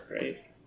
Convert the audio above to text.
right